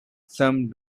some